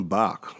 back